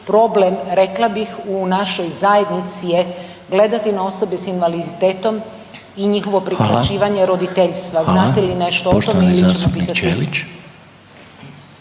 problem rekla bih u našoj zajednici je gledati na osobe s invaliditetom i njihov priključivanje roditeljstva …/Upadica: Hvala./… znate li nešto